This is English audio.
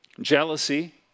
jealousy